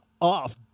off